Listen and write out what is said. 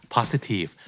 Positive